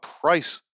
price